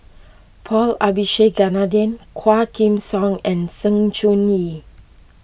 Paul Abisheganaden Quah Kim Song and Sng Choon Yee